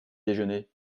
déjeuner